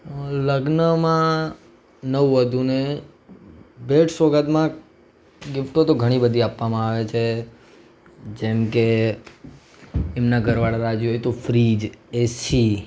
લગ્નમાં નવવધૂને ભેટ સોગાદમાં ગિફટો તો ઘણી બધી આપવામાં આવે છે જેમકે એમનાં ઘરવાળા રાજી હોય તો ફ્રીઝ એસી